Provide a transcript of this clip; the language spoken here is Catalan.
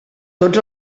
tots